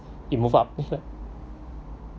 he move up